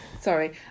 Sorry